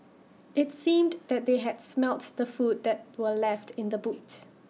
IT seemed that they had smelt the food that were left in the boot